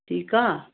ठीकु आहे